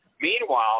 Meanwhile